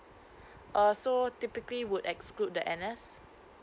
uh so typically would exclude the N_S